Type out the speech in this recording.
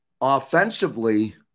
offensively